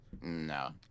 No